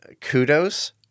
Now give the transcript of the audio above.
kudos